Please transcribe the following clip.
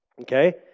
Okay